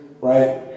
right